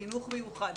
חינוך מיוחד,